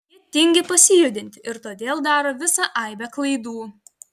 jie tingi pasijudinti ir todėl daro visą aibę klaidų